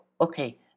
Okay